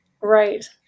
right